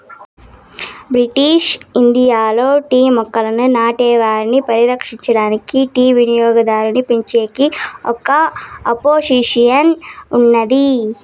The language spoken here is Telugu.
బ్రిటిష్ ఇండియాలో టీ మొక్కలను నాటే వారిని పరిరక్షించడానికి, టీ వినియోగాన్నిపెంచేకి ఒక అసోసియేషన్ ఉన్నాది